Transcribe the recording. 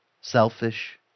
selfish